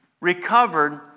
recovered